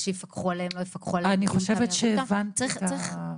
שייפקחו עליהם או לא ייפקחו עליהם -- אני חושבת שהבנת את הסוגייה.